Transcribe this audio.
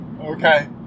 okay